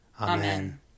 Amen